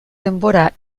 denbora